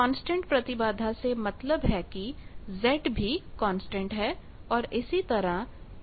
constant प्रतिबाधा से मतलब है की Z भी कांस्टेंट है और इसी तरह R और X भी कांस्टेंट है